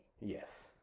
Yes